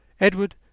Edward